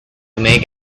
make